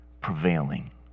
prevailing